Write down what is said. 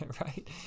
right